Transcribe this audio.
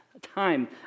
time